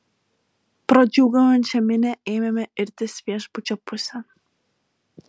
pro džiūgaujančią minią ėmėme irtis viešbučio pusėn